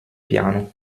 piano